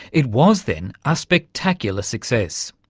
it was then a spectacular success.